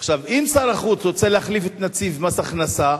עכשיו, אם שר החוץ רוצה להחליף את נציב מס הכנסה,